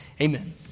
Amen